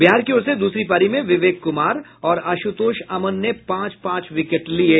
बिहार की ओर से दूसरी पारी में विवेक कुमार और आशुतोष अमन ने पांच पांच विकेट लिये